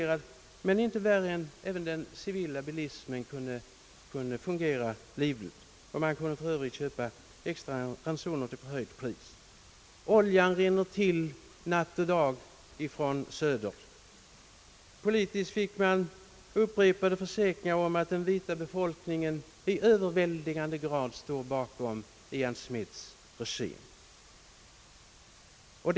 Sveriges utrikespolitik rad men inte värre än att även den civila bilismen kunde fungera livligt, och man kunde för övrigt köpa extra ransoner till förhöjt pris. Oljan rinner till natt och dag från söder. Politiskt fick man upprepade försäkringar om att den vita befolkningen i överväldigande grad står bakom Ian Smiths regim.